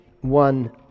one